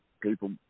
people